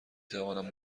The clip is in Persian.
توانم